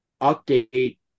update